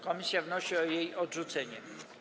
Komisja wnosi o jej odrzucenie.